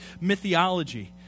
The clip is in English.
mythology